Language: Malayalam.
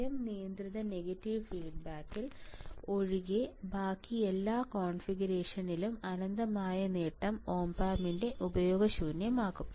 സ്വയം നിയന്ത്രിത നെഗറ്റീവ് ഫീഡ്ബാക്കിൽ ഒഴികെ ബാക്കി എല്ലാ കോൺഫിഗറേഷനിലും അനന്തമായ നേട്ടം op ampനെ ഉപയോഗശൂന്യമാകും